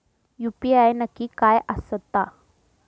UPI नक्की काय आसता?